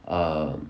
uh